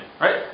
right